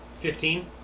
Fifteen